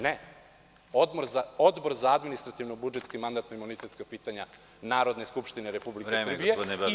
Ne, Odbor za administrativno-budžetska i mandatno-imunitetska pitanja Narodne skupštine Republike Srbije.